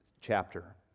chapter